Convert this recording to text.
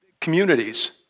communities